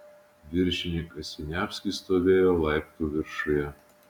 viršininkas siniavskis stovėjo laiptų viršuje